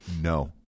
No